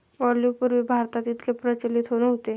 olive पूर्वी भारतात इतके प्रचलित नव्हते